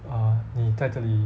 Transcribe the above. err 你在这里